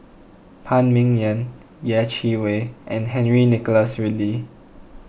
Phan Ming Yen Yeh Chi Wei and Henry Nicholas Ridley